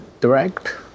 direct